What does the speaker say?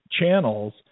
channels